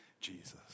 Jesus